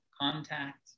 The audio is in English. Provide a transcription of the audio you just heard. contact